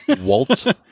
Walt